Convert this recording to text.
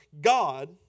God